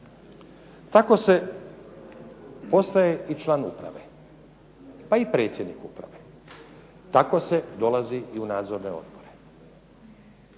Tako se postaje i član uprave, pa i predsjednik uprave. Tako se dolazi i u nadzorne odbore.